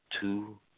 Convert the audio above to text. two